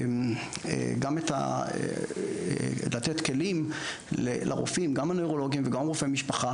גם לתת כלים לרופאים - גם לנוירולוגים וגם רופאי משפחה